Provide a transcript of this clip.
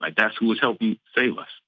like that's who was helping save us,